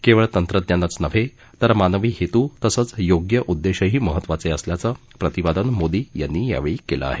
केवळ तंत्रज्ञानच नव्हे तर मानवी हेतू तसंच योग्य उद्देशही महत्वाचे असल्याचं प्रतिपादन मोदी यांनी यावेळी केलं आहे